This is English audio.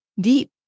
Deep